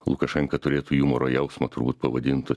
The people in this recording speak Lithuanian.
lukašenka turėtų jumoro jausmą turbūt pavadintų